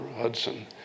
Hudson